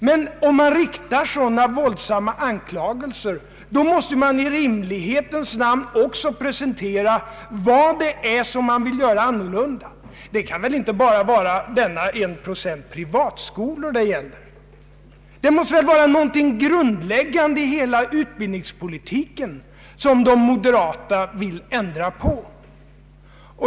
Men om man riktar sådana våldsamma anklagelser, måste man i rimlighetens namn också presentera vad det är man vill göra annorlunda. Det kan väl inte vara denna enda procent privatskolor det gäller. Det måste väl vara någonting grundläggande i hela utbildningspolitiken som de moderata vill ändra på.